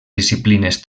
disciplines